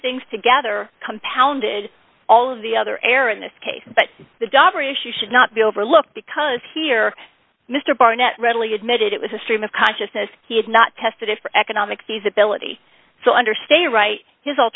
things together compounded all of the other error in this case but the jobber issue should not be overlooked because here mr barnett readily admitted it was a stream of consciousness he had not tested it for economic feasibility so under state right h